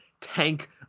tank